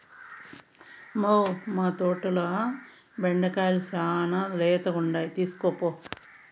మ్మౌ, మా తోటల బెండకాయలు శానా లేతగుండాయి తీస్కోపో